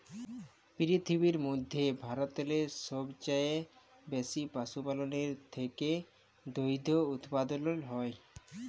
পিরথিবীর ম্যধে ভারতেল্লে সবচাঁয়ে বেশি পশুপাললের থ্যাকে দুহুদ উৎপাদল হ্যয়